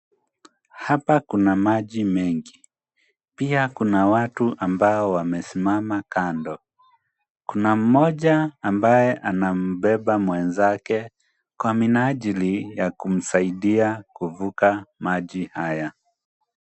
Hapa kuna maji mengi. Pia kuna watu ambao wamesimama kando. Kuna mmoja ambaye anambeba mwenzake kwa minajili ya kumsaidia kuvuka maji haya.